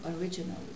original